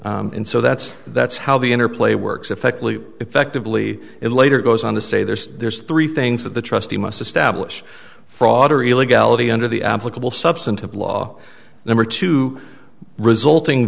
a and so that's that's how the interplay works effectively effectively it later goes on to say there's there's three things that the trustee must establish fraud or illegality under the applicable substantive law number two resulting